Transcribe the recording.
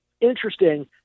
interesting